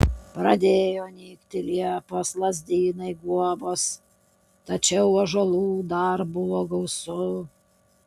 pradėjo nykti liepos lazdynai guobos tačiau ąžuolų dar buvo gausu